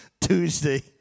Tuesday